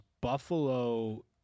Buffalo